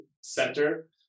center